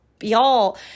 y'all